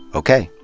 ok.